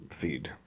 feed